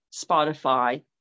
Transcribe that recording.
Spotify